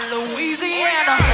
Louisiana